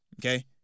Okay